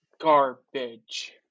Garbage